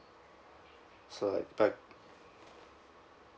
so like five